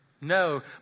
No